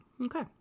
Okay